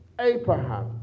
Abraham